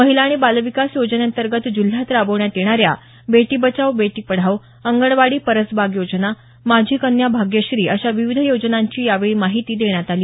महिला आणि बाल विकास योजनेअंतर्गत जिल्ह्यात राबवण्यात येणाऱ्या बेटी बचाओ बेटी पढाओ अंगणवाडी परसबाग योजना माझी कन्या भाग्यश्री अशा विविध योजनांची यावेळी माहिती देण्यात आली